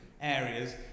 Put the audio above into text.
areas